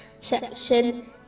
section